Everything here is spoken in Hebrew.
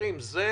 וזה